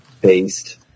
Based